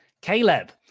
Caleb